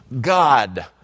God